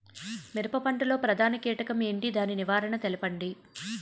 మిరప పంట లో ప్రధాన కీటకం ఏంటి? దాని నివారణ తెలపండి?